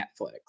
Netflix